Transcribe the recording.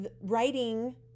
writing